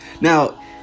Now